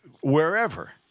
wherever